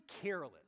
careless